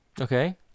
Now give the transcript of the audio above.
okay